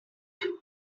trees